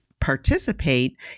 participate